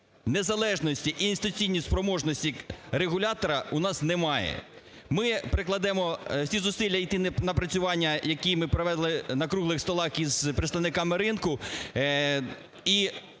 незалежності і інституційної спроможної регулятора у нас немає. Ми прикладемо всі зусилля і ті напрацювання, які ми провели на круглих столах із представниками ринку